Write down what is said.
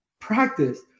practice